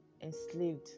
enslaved